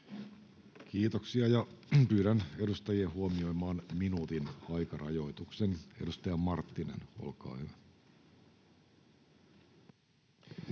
Kiitoksia. — Pyydän edustajia huomioimaan minuutin aikarajoituksen. — Edustaja Marttinen, olkaa hyvä.